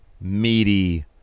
meaty